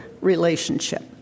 relationship